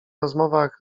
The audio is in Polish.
rozmowach